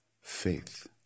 Faith